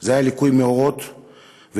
שזה היה ליקוי מאורות רגעי,